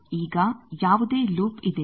ಈಗ ಯಾವುದೇ ಲೂಪ್ ಇದೆಯೇ